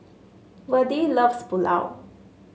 Virdie loves Pulao